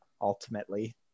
ultimately